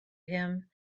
him